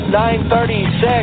936